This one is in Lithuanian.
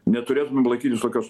neturėtumėm laikytis tokios